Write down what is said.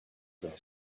girl